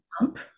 pump